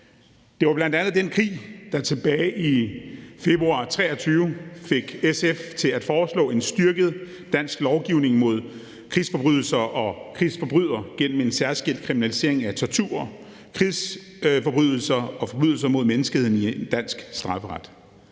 Det var bl.a. den krig, der tilbage i februar 2023 fik SF til at foreslå en styrket dansk lovgivning mod krigsforbrydelser og krigsforbrydere gennem en særskilt kriminalisering af tortur, krigsforbrydelser og forbrydelser mod menneskeheden i dansk strafferet.